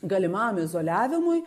galimam izoliavimui